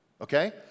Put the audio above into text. Okay